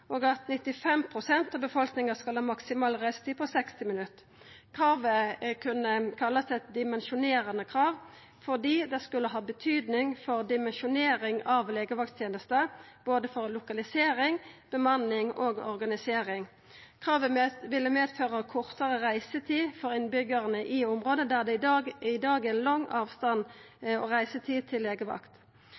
at 95 pst. av befolkninga skal ha ei maksimal reisetid på 60 minutt. Kravet kunne kallast eit dimensjonerande krav, fordi det skulle ha betyding for dimensjoneringa av legevakttenester, for både lokalisering, bemanning og organisering. Kravet ville medføra kortare reisetid for innbyggjarane i område der det i dag er stor avstand og lang reisetid til legevakta. I dag er